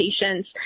patients